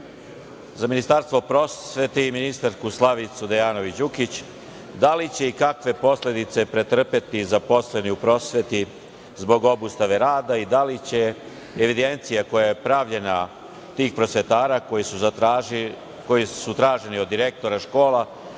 Ministarstvo prosvete i ministarku Slavicu Đukić Dejanović, da li će i kakve posledice pretrpeti zaposleni u prosveti zbog obustave rada i da li će evidencija koja je pravljena tih prosvetara koji su traženi od direktora škola